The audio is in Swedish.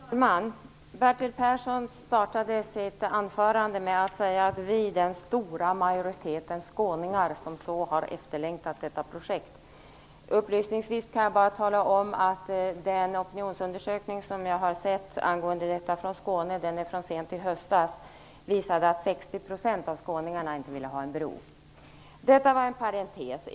Herr talman! Bertil Persson startade sitt anförande med att säga: Vi den stora majoriteten skåningar som så har längtat efter detta projekt. Upplysningsvis kan jag tala om att den opinionsundersökning som jag har sett angående detta från Skåne, den är från sent i höstas, visade att 60 % av skåningarna inte ville ha en bro. Detta var en parentes.